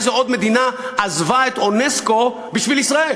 איזה עוד מדינה עזבה את אונסק"ו בשביל ישראל?